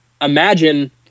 imagine